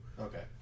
Okay